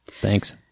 Thanks